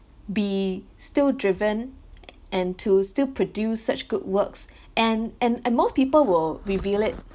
be still driven and to still produce such good works and and and most people will reveal it